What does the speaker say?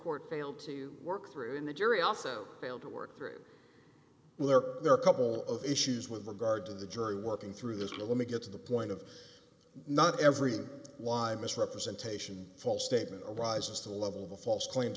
court failed to work through and the jury also failed to work through well there are a couple of issues with regard to the jury working through the let me get to the point of not every live mis representation false statement or rises to the level of the false claims